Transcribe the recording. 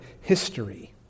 history